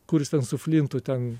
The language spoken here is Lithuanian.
kur jis ten su flintu ten